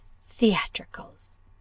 theatricals